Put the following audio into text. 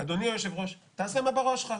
אדוני היושב-ראש, תעשה מה שבראש שלך,